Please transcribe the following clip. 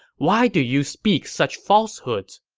why do you speak such falsehoods?